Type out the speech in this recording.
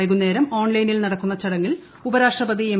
വൈകുന്നേരം ഓൺഐബ്രിൽ നടക്കുന്ന ചടങ്ങിൽ ഉപരാഷ്ട്രപതി എം